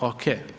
Oke.